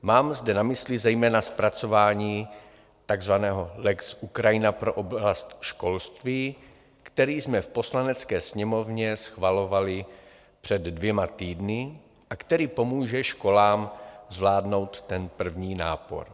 Mám zde na mysli zejména zpracování takzvaného lex Ukrajina pro oblast školství, který jsme v Poslanecké sněmovně schvalovali před dvěma týdny a který pomůže školám zvládnout první nápor.